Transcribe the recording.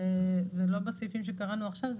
זה לא בסעיפים שקראנו עכשיו,